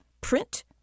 print